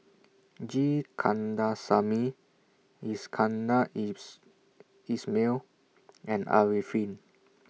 G Kandasamy Iskandar Ismail and Arifin